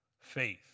faith